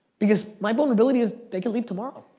because my vulnerability is they could leave tomorrow.